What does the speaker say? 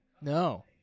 No